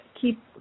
keep